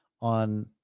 on